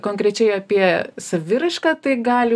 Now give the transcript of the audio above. konkrečiai apie saviraišką tai gali